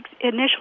initially